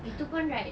itu pun right